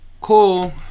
cool